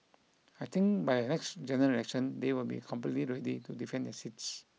I think by the next generation they will be completely ready to defend their seats